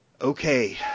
okay